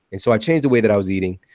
and so i changed the way that i was eating.